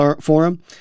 forum